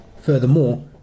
Furthermore